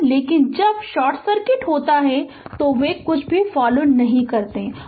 लेकिन जब short circuit होता है तो वे कुछ भी फॉलो नहीं करते हैं